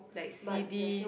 like C_D